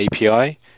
API